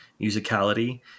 musicality